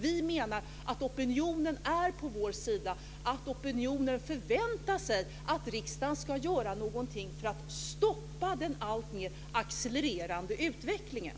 Vi menar att opinionen är på vår sida, att opinionen förväntar sig att riksdagen ska göra någonting för att stoppa den alltmer accelererande utvecklingen.